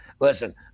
listen